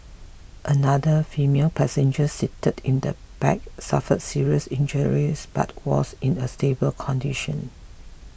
another female passenger seated in the back suffered serious injuries but was in a stable condition